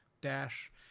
dash